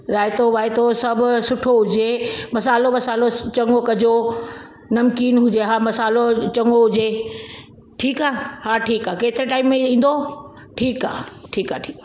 रायतो वायतो सभु सुठो हुजे मसालो वसालो चङो कजो नमकीन हुजे हा मसालो चङो हुजे ठीकु आहे हा ठीकु आहे केतिरे टाइम में हे ईंदो ठीकु आहे ठीकु आहे ठीकु आहे